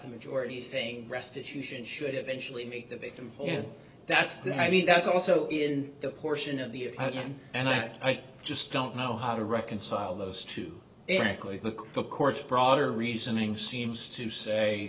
the majority saying restitution should eventually make the victim that's the i mean that's also in the portion of the opinion and i just don't know how to reconcile those two exactly look the court's broader reasoning seems to say